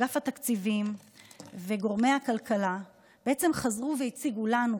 אגף התקציבים וגורמי הכלכלה חזרו והציגו לנו,